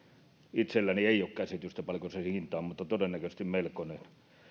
itselläni ei ole käsitystä paljonko sen hinta on mutta todennäköisesti melkoinen